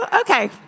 Okay